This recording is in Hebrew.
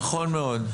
נכון מאוד.